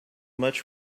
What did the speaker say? much